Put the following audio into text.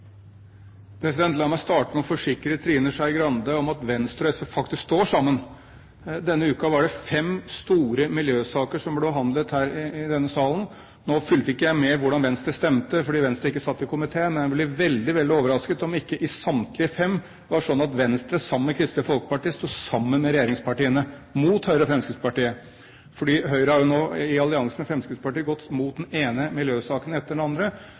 La meg starte med å forsikre Trine Skei Grande om at Venstre og SV faktisk står sammen. I denne uken har fem store miljøsaker blitt behandlet her i denne salen. Nå fulgte ikke jeg med på hvordan Venstre stemte, fordi Venstre ikke er i komiteen. Men jeg blir veldig overrasket om det ikke i samtlige fem var slik at Venstre sammen med Kristelig Folkeparti sto sammen med regjeringspartiene, mot Høyre og Fremskrittspartiet. For Høyre har jo nå, i allianse med Fremskrittspartiet, gått mot den ene miljøsaken etter den andre.